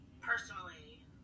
Personally